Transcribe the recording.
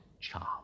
charm